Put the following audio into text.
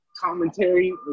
commentary